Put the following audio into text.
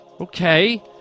Okay